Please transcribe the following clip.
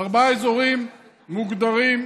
ארבעה אזורים מוגדרים.